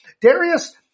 Darius